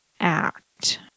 act